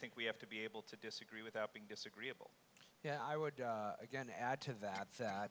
think we have to be able to disagree without being disagreeable yeah i would again add to that